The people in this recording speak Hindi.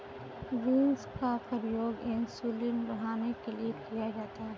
बींस का प्रयोग इंसुलिन बढ़ाने के लिए किया जाता है